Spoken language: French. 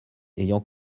ayant